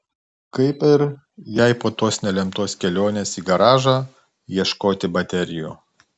kaip ir jai po tos nelemtos kelionės į garažą ieškoti baterijų